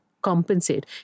Compensate